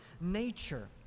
nature